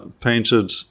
painted